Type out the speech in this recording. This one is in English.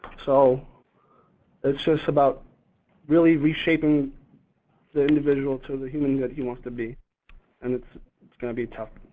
so it's just about really reshaping the individual to the human that he wants to be and it's it's gonna be tough.